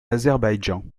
azerbaïdjan